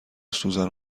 سوزن